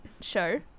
show